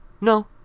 No